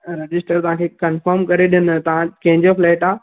register तव्हां खे confirm करे ॾिननि तव्हां खे कंहिंजो फ्लेट आहे